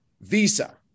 Visa